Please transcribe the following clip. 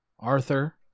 Arthur